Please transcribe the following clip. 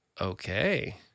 Okay